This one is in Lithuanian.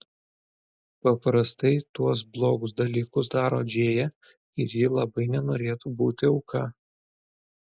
paprastai tuos blogus dalykus daro džėja ir ji labai nenorėtų būti auka